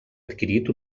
adquirit